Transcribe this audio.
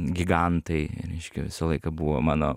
gigantai reiškia visą laiką buvo mano